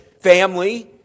family